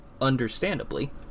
understandably